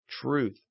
truth